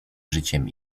życiem